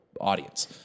audience